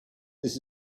this